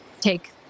take